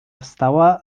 wstała